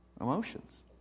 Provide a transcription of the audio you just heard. Emotions